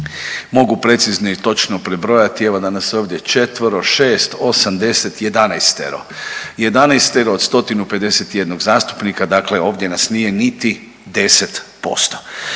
mogu precizno i točno prebrojati evo da nas je ovdje četvero, šest, osam, deset, jedanaestero, jedanaestero od 151 zastupnika, dakle ovdje nas nije niti 10%.